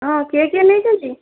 ହଁ କିଏ କିଏ ନେଇଛନ୍ତି